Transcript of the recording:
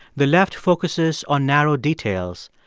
the left focuses on narrow details.